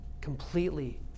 completely